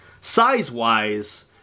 size-wise